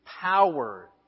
power